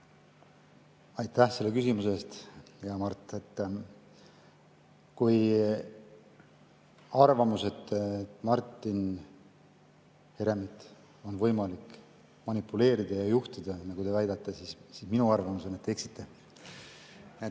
Aitäh selle küsimuse eest, hea Mart! Kui on arvamus, et Martin Heremit on võimalik manipuleerida ja juhtida, nagu te väidate, siis minu arvamus on, et te eksite.